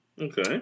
okay